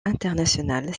internationale